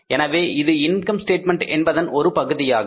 எனவே அது income statement என்பதன் ஒரு பகுதியாகும்